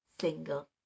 single